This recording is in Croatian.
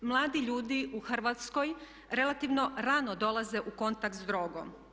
Mladi ljudi u Hrvatskoj relativno rano dolaze u kontakt s drogom.